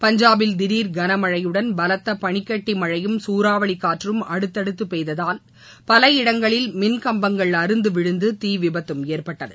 பஞ்சாபில் திடீர் கனமழையுடன் பலத்த பளிக்கட்ட மழையும் சூறாவளிக் காற்றும் அடுத்தடுத்து பெய்ததால் பல இடங்களில் மின்கம்பங்கள் அறுந்து விழுந்து தீவிபத்தும் ஏற்பட்டது